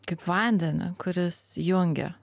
kaip vandenį kuris jungia